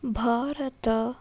Bharat